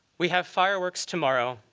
we have fireworks tomorrow.